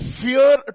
fear